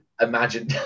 Imagine